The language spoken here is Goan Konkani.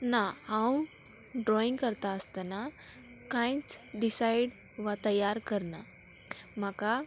ना हांव ड्रॉइंग करता आसतना कांयच डिसायड वा तयार करना म्हाका